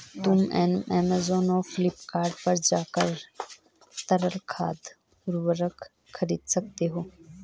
तुम ऐमेज़ॉन और फ्लिपकार्ट पर जाकर तरल खाद उर्वरक खरीद सकते हो